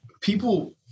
people